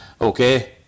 Okay